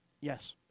Yes